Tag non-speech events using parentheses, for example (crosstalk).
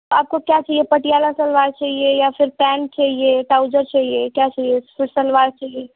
आपको क्या चाहिए पटियाला सलवार चाहिए या फिर पैंट चाहिए ट्राउजर चाहिए क्या चाहिए (unintelligible) सलवार चाहिए